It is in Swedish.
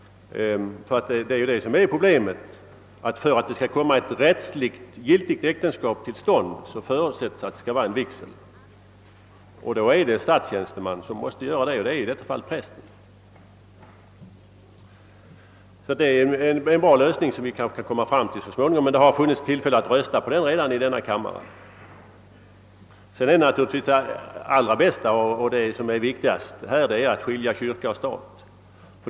Problemet är ju, att det för att ett rättsligt giltigt äktenskap skall komma till stånd förutsättes att en vigsel skall äga rum. Denna skall förrättas av en statstjänsteman, i detta fall prästen. Det nämnda förslaget innebar en bra lösning, som man kanske kan komma fram till så småningom. Men det har funnits tillfälle att rösta på den tidigare i denna kammare. Men allra bäst vore — och det är det viktigaste härvidlag — att skilja kyrka och stat.